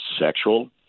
sexual